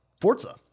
Forza